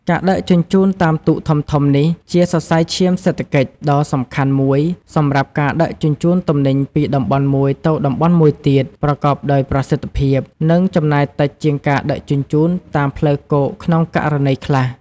ការដឹកជញ្ជូនតាមទូកធំៗនេះជា សរសៃឈាមសេដ្ឋកិច្ច ដ៏សំខាន់មួយសម្រាប់ការដឹកជញ្ជូនទំនិញពីតំបន់មួយទៅតំបន់មួយទៀត ប្រកបដោយប្រសិទ្ធភាព និងចំណាយតិចជាងការដឹកជញ្ជូនតាមផ្លូវគោកក្នុងករណីខ្លះ។